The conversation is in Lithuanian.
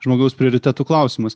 žmogaus prioritetų klausimas